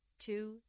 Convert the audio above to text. Two